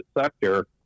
sector